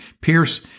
Pierce